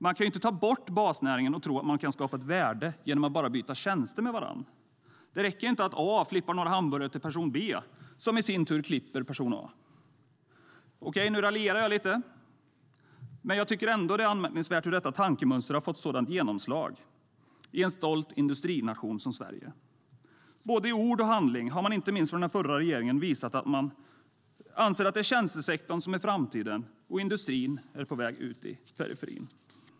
Man kan inte ta bort basnäringarna och tro att man kan skapa ett värde genom att bara byta tjänster med varandra. Det räcker inte att person A flippar några hamburgare till person B, som i sin tur klipper person A. Okej, nu raljerar jag lite, men jag tycker ändå att det är anmärkningsvärt att detta tankemönster har fått ett sådant genomslag i en stolt industrination som Sverige. Både i ord och handling har man inte minst från den förra regeringen visat att man anser att det är tjänstesektorn som är framtiden och att industrin är på väg ut i periferin.